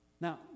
Now